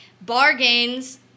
bargains